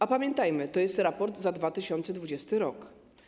A pamiętajmy: to jest raport za 2020 r.